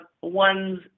one's